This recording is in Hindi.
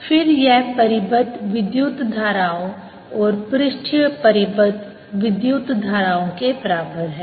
फिर यह परिबद्ध विद्युत धाराओं और पृष्ठीय परिबद्ध विद्युत धाराओं के बराबर है